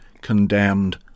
condemned